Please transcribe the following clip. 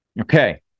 Okay